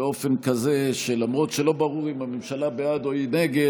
באופן כזה שלמרות שלא ברור אם הממשלה בעד או נגד,